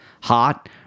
hot